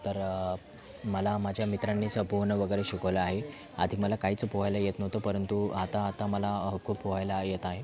तर मला माझ्या मित्रांनीच पोहणं वगेरे शिकवलं आहे आधी मला काहीच पोहायला येत नव्हतं परंतु आता आता मला खूप पोहायला येत आहे